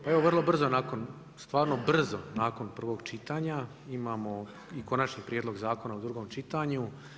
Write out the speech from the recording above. Pa evo vrlo brzo nakon, stvarno brzo nakon prvog čitanja imamo i Konačni prijedlog zakona u drugom čitanju.